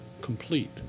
complete